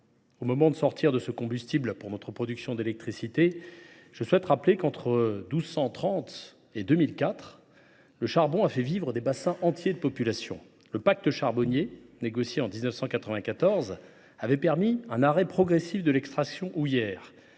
Au moment de sortir ce combustible de notre production d’électricité, je souhaite rappeler qu’entre 1230 et 2004, le charbon a fait vivre des bassins entiers de population. Le pacte charbonnier, négocié en 1994, avait permis un arrêt progressif de l’extraction houillère.